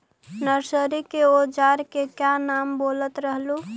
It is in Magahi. नरसरी के ओजार के क्या नाम बोलत रहलू?